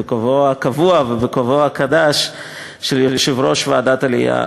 בכובעו הקבוע ובכובעו החדש של יושב-ראש ועדת העלייה,